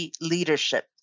Leadership